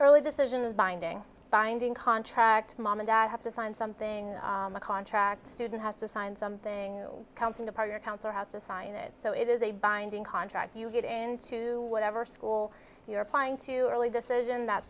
early decision is binding binding contract mom and dad have to sign something a contract student has to sign something counterpart your council has to sign it so it is a binding contract you get into whatever school you're applying to early decision that